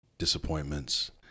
disappointments